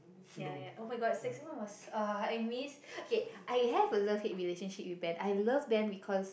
ya ya oh-my-god Saxophone was ah i miss okay I have a love with relationship with band I love band because